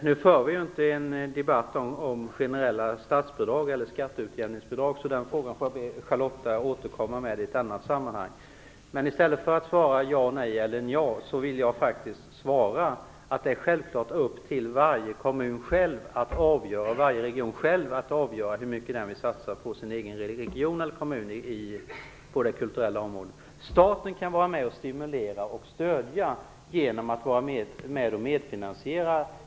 Herr talman! Vi för nu inte en debatt om generella statsbidrag eller skatteutjämningsbidrag. Den frågan får Charlotta L Bjälkebring därför återkomma med i ett annat sammanhang. I stället för att säga ja, nej eller nja vill jag faktiskt svara att det självklart är upp till varje kommun eller region att själv avgöra hur mycket man vill satsa på den egna kommunen eller regionen inom det kulturella området. Staten kan stimulera och stödja genom att medfinansiera.